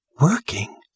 working